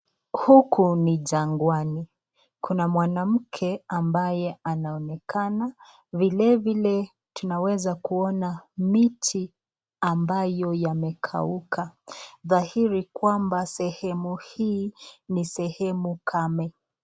Huku ni jangwani kuna mwanamke ambaye anaonekana vile vile tunaweza kuona miti ambayo yamekauka dhahiri kwamba sehemu hii ni sehemu kame.